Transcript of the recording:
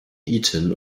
eton